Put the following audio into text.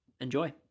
Enjoy